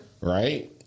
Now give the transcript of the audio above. Right